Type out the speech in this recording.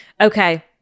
Okay